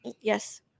Yes